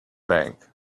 bank